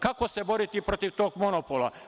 Kako se boriti protiv tog monopola?